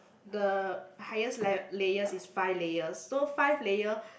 the highest la~ layers is five layers so five layer